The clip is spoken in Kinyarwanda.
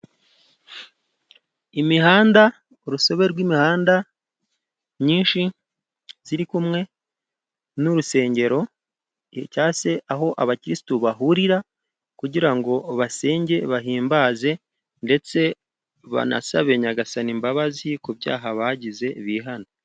Imihanda urusobe rw'imihanda myinshi iri kumwe n'urusengero, cyangwa se aho abakiririsitu bahurira, kugira ngo basenge bahimbaze, ndetse banasabe nyagasani imbabazi ku byaha bagize bihane.